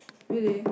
really